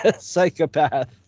psychopath